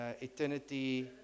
eternity